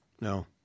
no